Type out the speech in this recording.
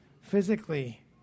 physically